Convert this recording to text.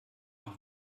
auch